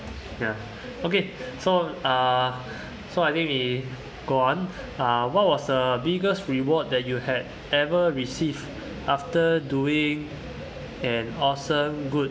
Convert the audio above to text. ya okay so uh so I think we go on uh what was the biggest reward that you had ever received after doing an awesome good